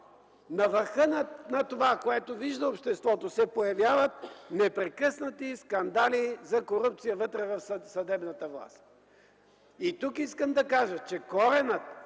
на върха на това, което вижда обществото, се появяват непрекъснати скандали за корупция вътре в съдебната власт. И тук искам да кажа, че коренът